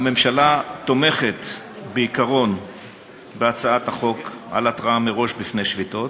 הממשלה תומכת בעיקרון של הצעת החוק על התראה מראש לפני שביתות.